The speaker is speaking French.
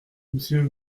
monsieur